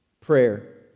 Prayer